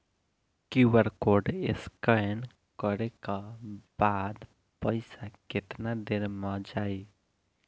QR code scan न करे क बाद पइसा केतना देर म जाई?